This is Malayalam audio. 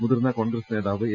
മുതിർന്ന കോൺഗ്രസ് നേതാവ് എ